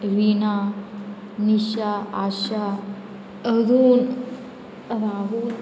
veena Nisha Asha Arun Rahul